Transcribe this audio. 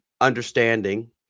understanding